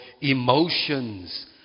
emotions